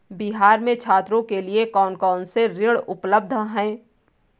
बिहार में छात्रों के लिए कौन कौन से ऋण उपलब्ध हैं?